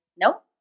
Nope